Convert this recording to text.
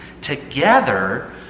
Together